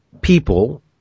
people